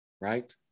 Right